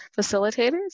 facilitators